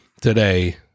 Today